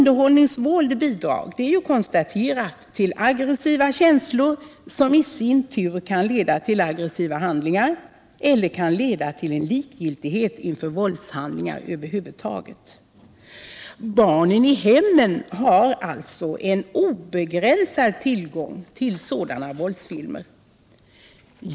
Det är konstaterat att underhållningsvåld bidrar till aggressiva känslor, som i sin tur kan leda till aggressiva handlingar eller till likgiltighet inför våldshandlingar över huvud taget. Barnen i hemmen har alltså obegränsad tillgång till sådana våldsfilmer.